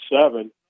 seven